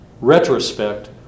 retrospect